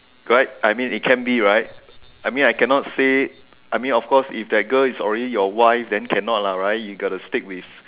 right I mean it can be right I mean I cannot say I mean of course if that girl is already your wife then cannot lah right you got to stick with